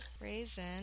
Raisin